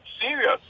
serious